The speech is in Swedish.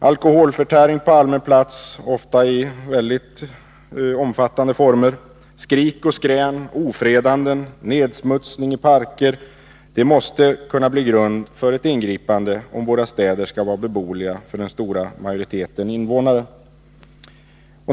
Alkoholförtäring på allmän plats, som ofta förekommer i väldigt omfattande former, skrik och skrän, ofredanden, nedsmutsning i parker måste kunna bli grund för ett ingripande, om våra städer skall vara beboeliga för den stora majoriteten invånare.